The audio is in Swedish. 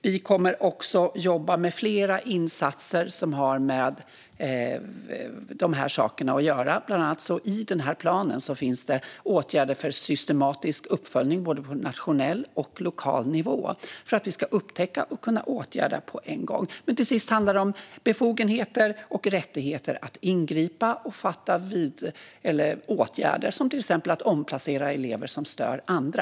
Vi kommer att jobba med fler insatser som har med de här sakerna att göra. I planen finns bland annat åtgärder för systematisk uppföljning både på nationell och på lokal nivå för att vi ska upptäcka och kunna åtgärda saker på en gång. Fru talman! Till sist handlar det om befogenheter och rättigheter att ingripa och fatta beslut om åtgärder, till exempel att omplacera elever som stör andra.